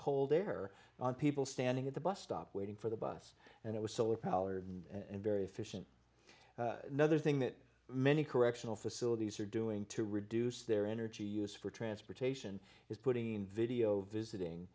cold air on people standing at the bus stop waiting for the bus and it was solar powered and very efficient another thing that many correctional facilities are doing to reduce their energy use for transportation is putting video visiting